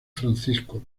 francisco